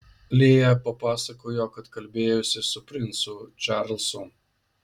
lėja papasakojo kad kalbėjosi su princu čarlzu